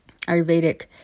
Ayurvedic